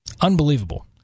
Unbelievable